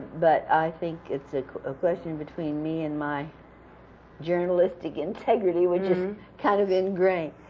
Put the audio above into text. but i think it's a question between me and my journalistic integrity, which is kind of ingrained.